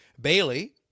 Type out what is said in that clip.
Bailey